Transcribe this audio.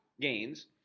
gains